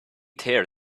tear